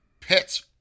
pets